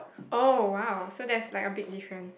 oh !wow! so that's like a big difference